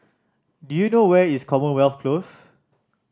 do you know where is Commonwealth Close